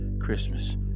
Christmas